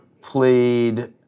played